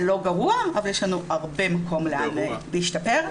זה לא גרוע, אבל יש לנו הרבה מקום לאן להשתפר.